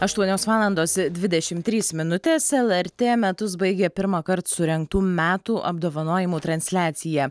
aštuonios valandos dvidešimt trys minutės lrt metus baigė pirmąkart surengtų metų apdovanojimų transliacija